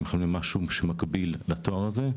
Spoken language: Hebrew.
הם יכולים להיות עם משהו שמקביל לתואר הזה.